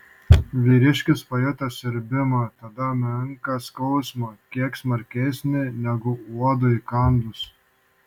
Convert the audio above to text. vyriškis pajuto siurbimą tada menką skausmą kiek smarkesnį negu uodui įkandus